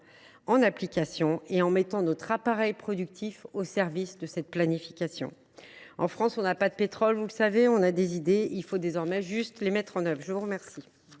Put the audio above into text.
en application et en mettant notre appareil productif au service de cette planification. En France, on n’a pas de pétrole, vous le savez, mais on a des idées. Il faut désormais les mettre en œuvre ! La parole